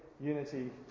unity